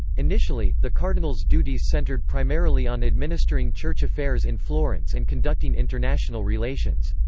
initially, the cardinal's duties centered primarily on administering church affairs in florence and conducting international relations.